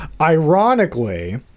Ironically